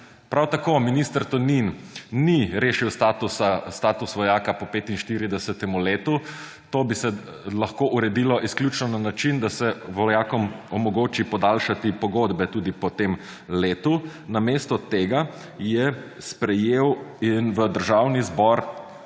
Prav tako minister Tonin ni rešil statusa vojaka po 45. letu. To bi se lahko uredilo izključno na način, da se vojakom omogoči podaljšati pogodbe tudi po tem letu. Namesto tega je sprejel in v Državni zbor